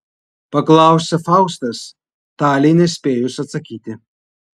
paklausė faustas talei nespėjus atsakyti